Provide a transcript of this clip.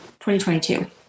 2022